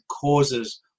causes